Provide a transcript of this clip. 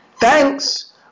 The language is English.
Thanks